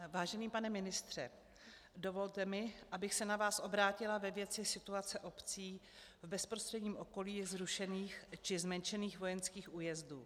Vážený pane ministře, dovolte mi, abych se na vás obrátila ve věci situace obcí v bezprostředním okolí zrušených či zmenšených vojenských újezdů.